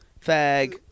fag